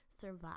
survive